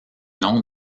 nom